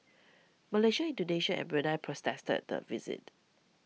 Malaysia Indonesia and Brunei protested the visit